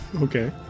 Okay